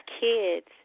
kids